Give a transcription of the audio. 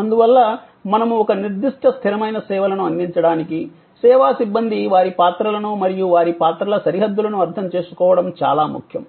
అందువల్ల మనము ఒక నిర్దిష్ట స్థిరమైన సేవలను అందించడానికి సేవా సిబ్బంది వారి పాత్రలను మరియు వారి పాత్రల సరిహద్దులను అర్థం చేసుకోవడం చాలా ముఖ్యం